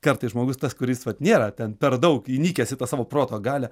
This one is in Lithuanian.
kartais žmogus tas kuris vat nėra ten per daug įnikęs į tą savo proto galią